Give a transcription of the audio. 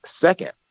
second